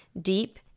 deep